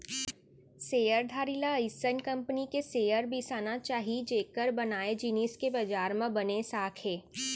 share धारी ल अइसन कंपनी के शेयर बिसाना चाही जेकर बनाए जिनिस के बजार म बने साख हे